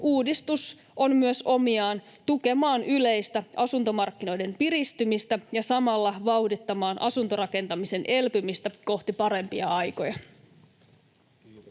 uudistus myös on omiaan tukemaan yleistä asuntomarkkinoiden piristymistä ja samalla vauhdittamaan asuntorakentamisen elpymistä kohti parempia aikoja. Kiitoksia,